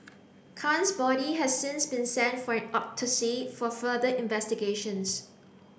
Khan's body has since been sent for an autopsy for further investigations